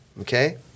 okay